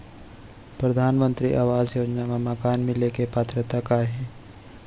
परधानमंतरी आवास योजना मा मकान मिले के पात्रता का हे?